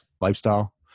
lifestyle